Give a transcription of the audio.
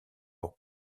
pour